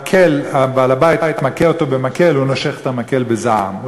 כשבעל-הבית מכה אותו במקל נושך את המקל בזעם.